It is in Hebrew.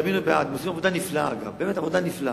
הן עושות עבודה נפלאה, באמת עבודה נפלאה.